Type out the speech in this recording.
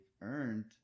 earned